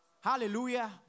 Hallelujah